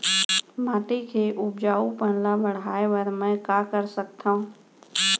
माटी के उपजाऊपन ल बढ़ाय बर मैं का कर सकथव?